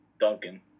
Duncan